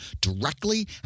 directly